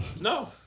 No